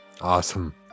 Awesome